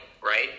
right